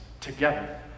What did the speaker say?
together